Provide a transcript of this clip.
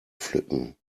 pflücken